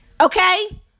okay